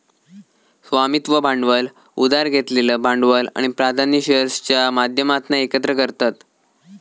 स्वामित्व भांडवल उधार घेतलेलं भांडवल आणि प्राधान्य शेअर्सच्या माध्यमातना एकत्र करतत